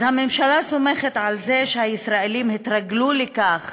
אז הממשלה סומכת על זה שהישראלים התרגלו לכך